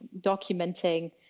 documenting